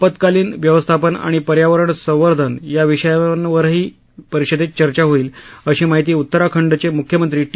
आप्तकालीन व्यवस्थापन आणि पर्यावरण संवर्धन या विषयांवरही परिषदेत चर्चा होईल अशी माहिती उत्तराखंडाचे मुख्यमंत्री टी